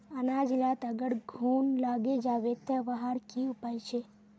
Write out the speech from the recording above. अनाज लात अगर घुन लागे जाबे ते वहार की उपाय छे?